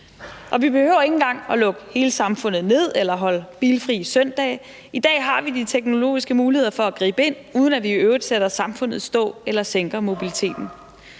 Og vi behøver ikke engang at lukke hele samfundet eller holde bilfri søndage. I dag har vi de teknologiske muligheder for at gribe ind, uden at vi i øvrigt sætter samfundet i stå eller sænker mobiliteten.